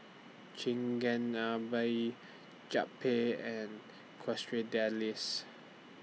Chigenabe Japchae and Quesadillas